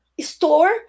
store